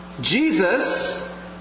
Jesus